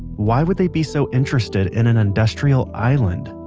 why would they be so interested in an industrial island?